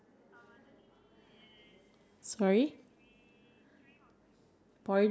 okay tell a story about a time when you were caught doing something embarrassing